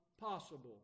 possible